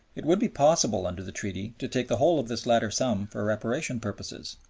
it would be possible under the treaty to take the whole of this latter sum for reparation purposes.